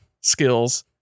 skills